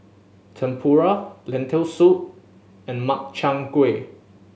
Tempura Lentil Soup and Makchang Gui